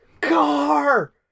car